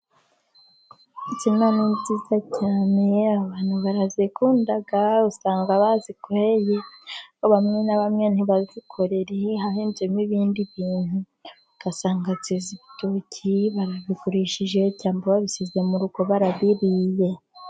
Insina ni nziza cyane abantu barazikunda, usanga bazikoreye, bamwe na bamwe ntibazikorere, hahinzemo ibindi bintu, ugasanga hezemo ibitoki barabigurishije, cyangwa babishyize mu rugo barabiriye.